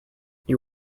you